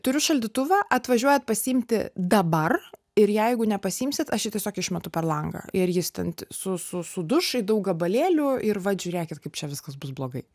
turiu šaldytuvą atvažiuojat pasiimti dabar ir jeigu nepasiimsit aš čia tiesiog išmetu per langą ir jis ten su su suduš į daug gabalėlių ir vat žiūrėkit kaip čia viskas bus blogai